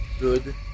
Good